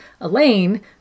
Elaine